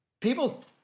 people